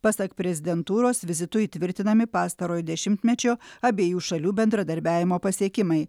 pasak prezidentūros vizitu įtvirtinami pastarojo dešimtmečio abiejų šalių bendradarbiavimo pasiekimai